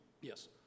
Yes